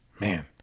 Man